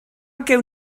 gawn